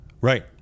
right